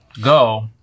go